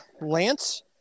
Lance